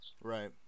right